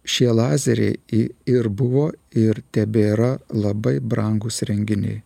šie lazeriai į ir buvo ir tebėra labai brangūs įrenginiai